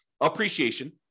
Appreciation